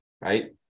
right